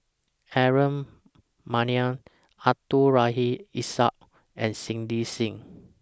Aaron Maniam Abdul Rahim Ishak and Cindy SIM